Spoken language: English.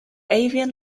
avian